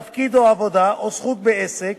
תפקיד או עבודה או זכות בעסק.